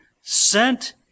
sent